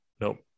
nope